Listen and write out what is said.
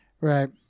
right